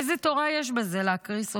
איזו תורה יש בזה, להקריס אותם?